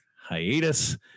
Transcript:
hiatus